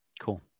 Cool